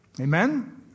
Amen